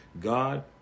God